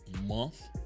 month